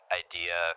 idea